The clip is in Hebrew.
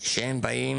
שהם באים